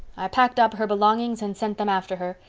i packed up her belongings and sent them after her.